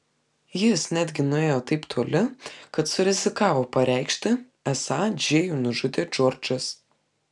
jis netgi nuėjo taip toli kad surizikavo pareikšti esą džėjų nužudė džordžas